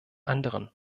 anderen